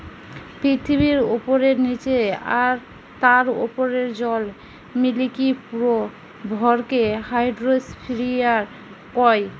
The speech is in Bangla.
পৃথিবীর উপরে, নীচে আর তার উপরের জল মিলিকি পুরো ভরকে হাইড্রোস্ফিয়ার কয়